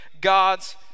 God's